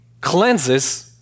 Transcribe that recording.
cleanses